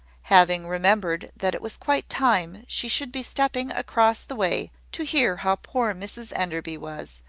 having remembered that it was quite time she should be stepping across the way to hear how poor mrs enderby was,